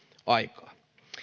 aikaa